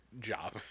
job